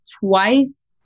twice